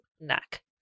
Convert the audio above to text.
neck